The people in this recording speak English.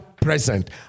present